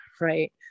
right